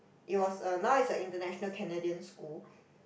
it was a now it's a international Canadian school